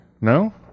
no